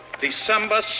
December